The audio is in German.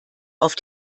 auf